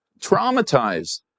traumatized